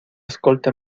escolta